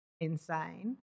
insane